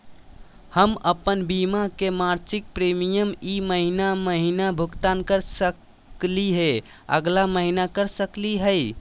हम अप्पन बीमा के मासिक प्रीमियम ई महीना महिना भुगतान कर सकली हे, अगला महीना कर सकली हई?